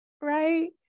right